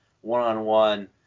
one-on-one